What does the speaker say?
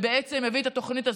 והביא את התוכנית הזאת,